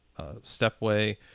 stepway